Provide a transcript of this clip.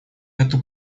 эту